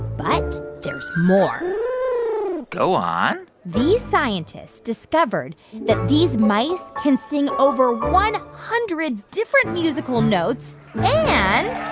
but there's more go on these scientists discovered that these mice can sing over one hundred different musical notes and.